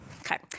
Okay